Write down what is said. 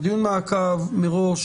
בדיון מעקב מראש,